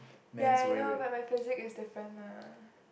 ya I know but my physique is different mah